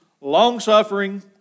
long-suffering